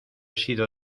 sido